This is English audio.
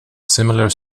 similar